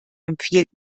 empfiehlt